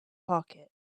pocket